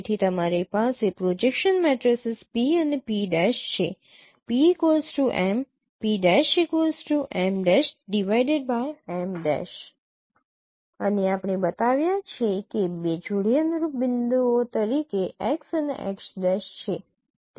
તેથી તમારી પાસે પ્રોજેક્શન મેટ્રિસીસ P અને P' છે અને આપણે બતાવ્યા છે કે બે જોડી અનુરૂપ બિંદુઓ તરીકે x અને x' છે